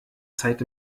zeit